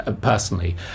personally